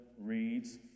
reads